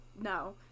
no